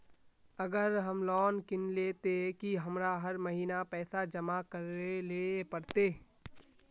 अगर हम लोन किनले ते की हमरा हर महीना पैसा जमा करे ले पड़ते?